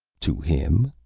to him,